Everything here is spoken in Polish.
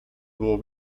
było